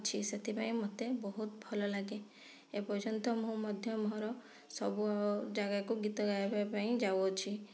ଅଛି ସେଥିପାଇଁ ମୋତେ ବହୁତ ଭଲ ଲାଗେ ଏପର୍ଯ୍ୟନ୍ତ ମୁଁ ମଧ୍ୟ ମୋର ସବୁ ଜାଗାକୁ ଗୀତ ଗାଇବା ପାଇଁ ଯାଉଅଛି